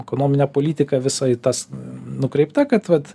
ekonominė politika visa į tas nukreipta kad vat